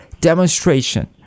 Demonstration